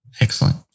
excellent